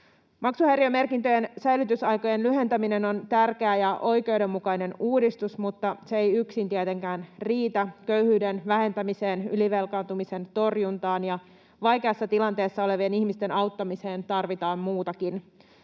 Maksuhäiriömerkintöjen säilytysaikojen lyhentäminen on tärkeä ja oikeudenmukainen uudistus, mutta se ei yksin tietenkään riitä. Köyhyyden vähentämiseen, ylivelkaantumisen torjuntaan ja vaikeassa tilanteessa olevien ihmisten auttamiseen tarvitaan muutakin.